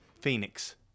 phoenix